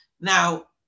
Now